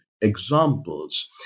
examples